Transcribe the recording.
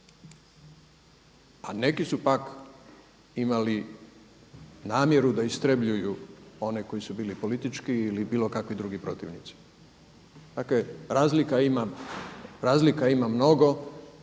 A neki su pak imali namjeru da istrebljuju one koji su bili politički ili bilo kakvi drugi protivnici. Dakle, razlika ima mnogo